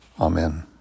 Amen